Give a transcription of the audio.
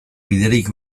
biderik